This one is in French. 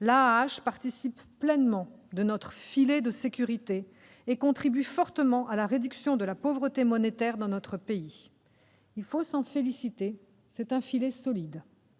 l'AAH participe pleinement de notre « filet de sécurité » et contribue fortement à la réduction de la pauvreté monétaire dans notre pays. Il faut s'en féliciter, c'est un filet solide